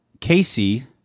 Casey